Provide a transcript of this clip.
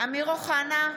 אמיר אוחנה,